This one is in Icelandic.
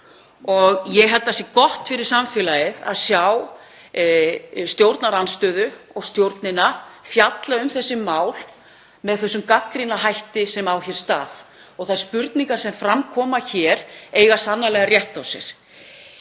Ég held að það sé gott fyrir samfélagið að sjá stjórnarandstöðu og stjórnina fjalla um þessi mál með þeim gagnrýna hætti sem á sér stað. Þær spurningar sem fram koma hér eiga sannarlega rétt á sér.